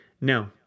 no